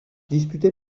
disputés